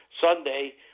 Sunday